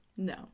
No